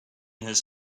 his